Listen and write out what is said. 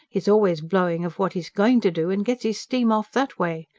he's always blowing of what he's going to do, and gets his steam off that way.